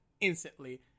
instantly